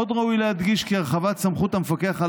עוד ראוי להדגיש כי הרחבת סמכות המפקח על